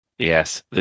Yes